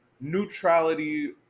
neutrality